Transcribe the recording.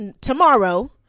tomorrow